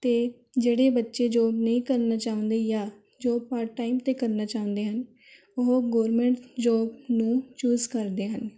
ਅਤੇ ਜਿਹੜੇ ਬੱਚੇ ਜੋਬ ਨਹੀਂ ਕਰਨਾ ਚਾਹੁੰਦੇ ਜਾਂ ਜੋ ਪਾਰਟ ਟਾਈਮ 'ਤੇ ਕਰਨਾ ਚਾਹੁੰਦੇ ਹਨ ਉਹ ਗੌਰਮੈਂਟ ਜੋਬ ਨੂੰ ਚੂਜ਼ ਕਰਦੇ ਹਨ